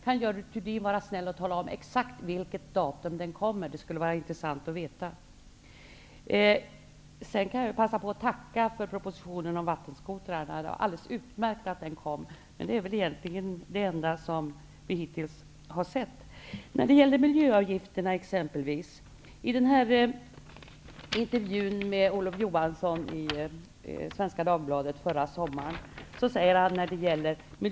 Kan Görel Thurdin vara snäll och tala om exakt vilket datum den läggs fram? Det skulle vara intressant att få veta. Jag kan passa på och tacka för propositionen om vattenskotrarna. Det är alldeles utmärkt att den har lagts fram. Men det är egentligen det enda vi hittills har sett. Vidare har vi frågan om miljöavgifterna. Olof Johansson intervjuades i Svenska Dagbladet förra sommaren.